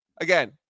Again